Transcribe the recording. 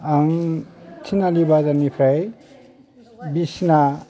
आं तिनालि बाजारनिफ्राइ बिसिना